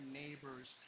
neighbors